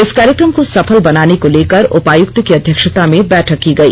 इस कार्यक्रम को सफल बनाने को लेकर उपायुक्त की अध्यक्षता में बैठक की गई